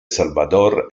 salvador